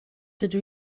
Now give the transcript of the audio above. dydw